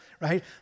right